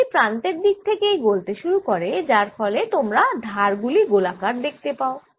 সেটি প্রান্তের দিক থেকেই গলতে শুরু করে যার ফলে তোমরা ধার গুলি গোলাকার দেখতে পাও